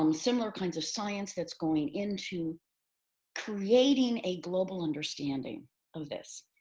um similar kinds of science that's going into creating a global understanding of this.